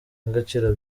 n’agaciro